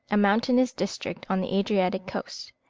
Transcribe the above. a mountainous district on the adriatic coast.